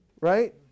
Right